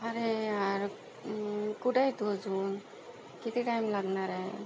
अरे यार कुठे आहे तू अजून किती टाईम लागणार आहे